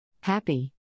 Happy